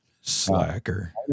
Slacker